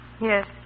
Yes